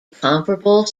comparable